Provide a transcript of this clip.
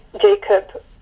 Jacob